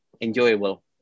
enjoyable